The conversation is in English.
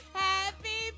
happy